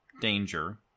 danger